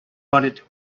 wanted